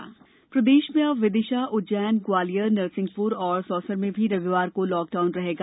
प्रदेश corona प्रदेश में अब विदिशा उज्जैन ग्वालियर नरसिंहपुर तथा सौंसर में भी रविवार को लॉक डाउन रहेगा